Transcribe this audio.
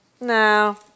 No